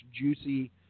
juicy